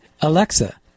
Alexa